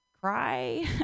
cry